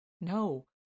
No